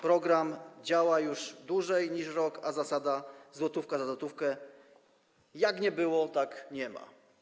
Program działa już dłużej niż rok, a zasady złotówka za złotówkę jak nie było, tak nie ma.